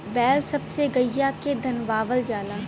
बैल सब से गईया के धनवावल जाला